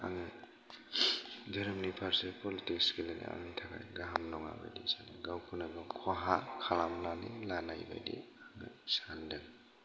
आंङो धोरोमनि फारसे पलिटिक्स गेलेनायखौ आंनि थाखाय गाहाम नंआ सानो गावखौनो गाव खहा खालामनानै लानायफोर बायदि सानदों